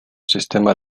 sistema